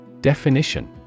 Definition